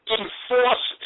enforce